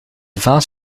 vaas